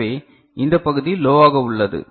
எனவே இந்த பகுதி லோவாக உள்ளது